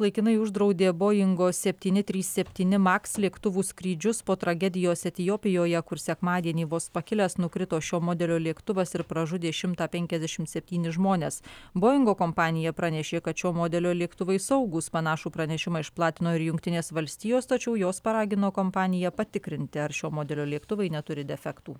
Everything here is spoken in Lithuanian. laikinai uždraudė boingo septyni trys septyni maks lėktuvų skrydžius po tragedijos etiopijoje kur sekmadienį vos pakilęs nukrito šio modelio lėktuvas ir pražudė šimtą penkiasdešimt septynis žmones boingo kompanija pranešė kad šio modelio lėktuvai saugūs panašų pranešimą išplatino ir jungtinės valstijos tačiau jos paragino kompaniją patikrinti ar šio modelio lėktuvai neturi defektų